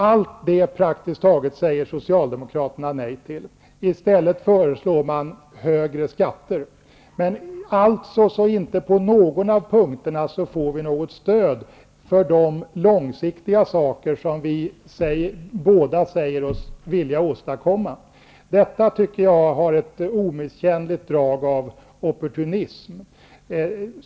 Praktiskt taget allt detta säger socialdemokraterna nej till. I stället föreslår de högre skatter. Vi får alltså inte på någon av punkterna stöd för de långsiktiga förslag som båda sidor ändå säger sig vilja åstadkomma. Detta, tycker jag, har ett omisskännligt drag av opportunism.